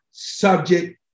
Subject